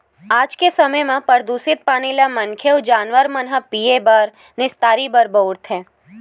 आज के समे म परदूसित पानी ल मनखे अउ जानवर मन ह पीए बर, निस्तारी बर बउरथे